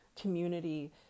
community